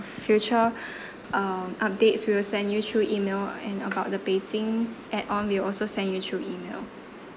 future um updates we will send you through email and about the beijing add on we'll also send you through email